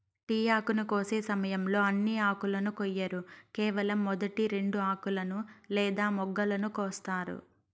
tea ఆకును కోసే సమయంలో అన్ని ఆకులను కొయ్యరు కేవలం మొదటి రెండు ఆకులను లేదా మొగ్గలను కోస్తారు